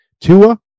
Tua